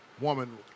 woman